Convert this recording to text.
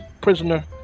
prisoner